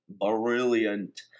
brilliant